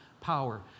power